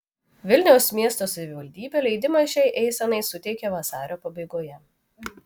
vilniaus miesto savivaldybė leidimą šiai eisenai suteikė vasario pabaigoje